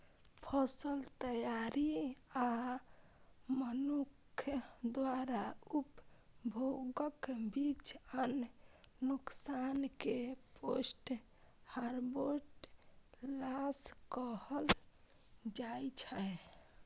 फसल तैयारी आ मनुक्ख द्वारा उपभोगक बीच अन्न नुकसान कें पोस्ट हार्वेस्ट लॉस कहल जाइ छै